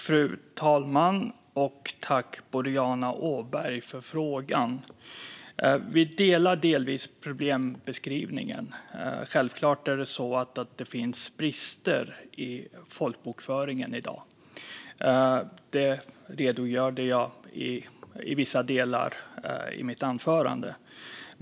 Fru talman! Tack, Boriana Åberg, för frågan! Vi delar delvis problembeskrivningen. Självklart finns det brister i folkbokföringen i dag. Det redogjorde jag för i vissa delar av mitt anförande.